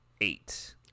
eight